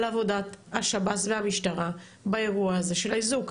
עבודת השב"ס והמשטרה באירוע הזה של האיזוק,